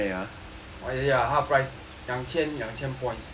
oh ya 他的两千两千 points